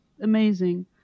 amazing